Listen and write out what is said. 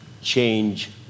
change